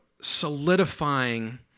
solidifying